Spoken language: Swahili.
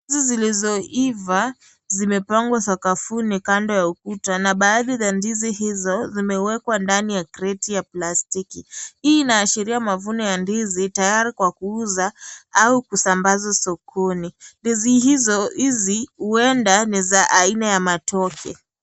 Ndizi zilizoiva zimepangwa sakafuni kando ya ukuta, na baadhi ya ndizi hizo zimewekwa ndani ya kreti ya plastiki. Hii inaashiria mavuno ya ndizi tayari kwa kuuza au kusambaza sokoni. Ndizi hizi huenda ni za aina ya matoke.